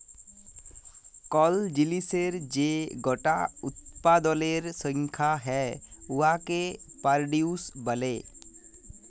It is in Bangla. কল জিলিসের যে গটা উৎপাদলের সংখ্যা হ্যয় উয়াকে পরডিউস ব্যলে